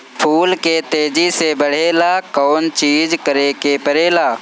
फूल के तेजी से बढ़े ला कौन चिज करे के परेला?